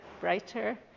brighter